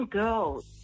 girls